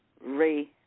Ray